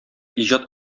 иҗат